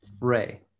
Ray